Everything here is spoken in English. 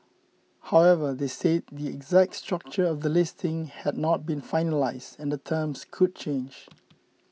however they said the exact structure of the listing had not been finalised and the terms could change